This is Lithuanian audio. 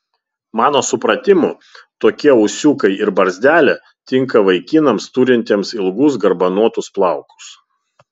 mano supratimu tokie ūsiukai ir barzdelė tinka vaikinams turintiems ilgus garbanotus plaukus